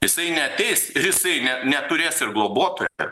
jisai neateis ir jisai net neturės ir globotojo